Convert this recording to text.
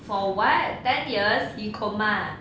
for what ten years he coma ah